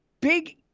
big